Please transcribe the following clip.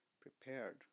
prepared